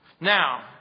Now